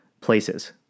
places